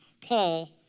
Paul